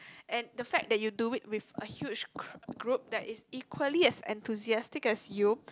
and the fact that you do it with a huge cr~ group that is equally as enthusiastic as you